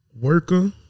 worker